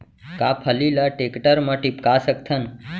का फल्ली ल टेकटर म टिपका सकथन?